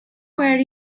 where